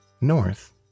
North